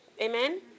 Amen